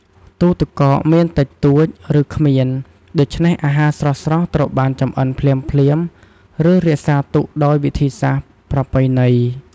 ទូរទឹកកកមានតិចតួច ឬគ្មាន ដូច្នេះអាហារស្រស់ៗត្រូវបានចម្អិនភ្លាមៗ ឬរក្សាទុកដោយវិធីសាស្ត្រប្រពៃណី។